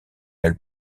elle